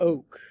Oak